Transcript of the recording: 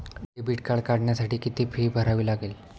Debit card काढण्यासाठी किती fee भरावी लागते?